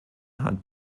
hat